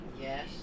yes